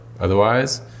Otherwise